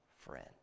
friend